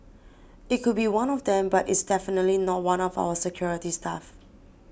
it could be one of them but it's definitely not one of our security staff